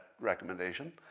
recommendation